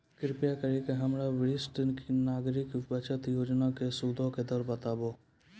कृपा करि के हमरा वरिष्ठ नागरिक बचत योजना के सूदो के दर बताबो